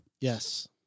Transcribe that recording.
Yes